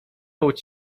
łudź